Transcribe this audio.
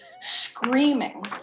screaming